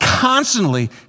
constantly